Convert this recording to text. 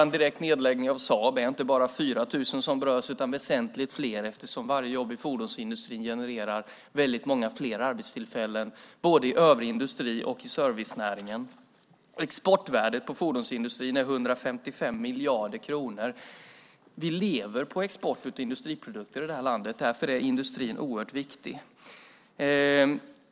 En direkt nedläggning av Saab berör inte bara 4 000 utan väsentligt fler eftersom varje jobb i fordonsindustrin genererar väldigt många fler arbetstillfällen både i övrig industri och i servicenäringen. Exportvärdet på fordonsindustrin är 155 miljarder kronor. Vi lever på export av industriprodukter i det här landet. Därför är industrin oerhört viktig.